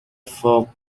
for